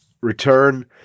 return